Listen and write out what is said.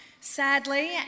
Sadly